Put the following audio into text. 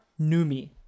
Numi